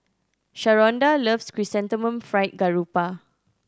Sharonda loves Chrysanthemum Fried Garoupa